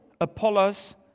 Apollos